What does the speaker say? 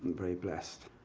very blessed.